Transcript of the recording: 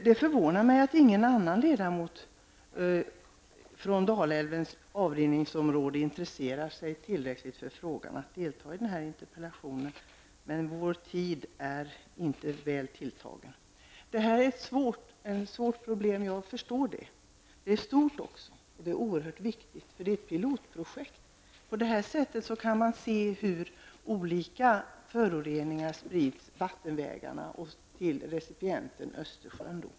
Det förvånar mig att ingen annan ledamot från Dalälvens avrinningsområde intresserar sig tillräckligt mycket för frågan för att delta i den här interpellationsdebatten, men vår tid är inte väl tilltagen. Jag förstår att det här är ett svårt problem. Det är även stort och viktigt. Det är nämligen fråga om ett pilotprojekt. På detta sätt kan man se hur olika föroreningar sprids via vattenvägarna till recipienten Östersjön.